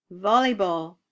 volleyball